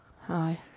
hi